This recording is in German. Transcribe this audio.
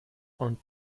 und